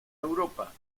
europa